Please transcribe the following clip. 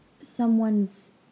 someone's